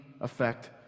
effect